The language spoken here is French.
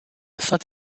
saint